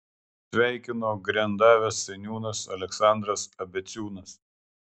sveikino grendavės seniūnas aleksandras abeciūnas